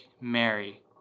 Mary